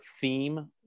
theme